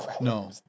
No